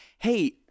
Hey